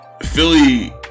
Philly